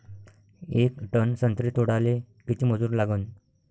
येक टन संत्रे तोडाले किती मजूर लागन?